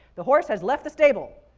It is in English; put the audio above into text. the horse has left the stable.